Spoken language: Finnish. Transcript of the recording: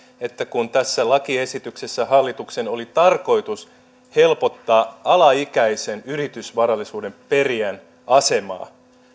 että tässä lakiesityksessä hallituksen oli tarkoitus helpottaa alaikäisen yritysvarallisuuden perijän asemaa